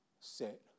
set